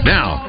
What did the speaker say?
Now